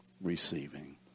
receiving